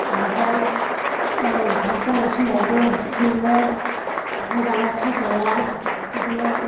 आमफ्राय गाब जानाय समावबो नोङो गोजानाव खाजाया बिदिनो